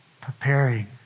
preparing